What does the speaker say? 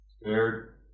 scared